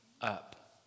up